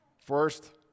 First